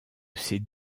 ces